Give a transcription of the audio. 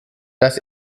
das